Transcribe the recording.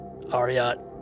Ariat